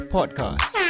Podcast